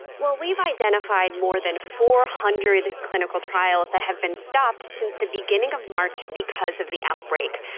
well, we've identified more than four hundred clinical trials that have been stopped since the beginning of march because of the outbreak.